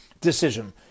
decision